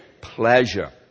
pleasure